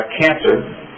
cancer